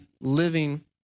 living